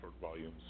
volumes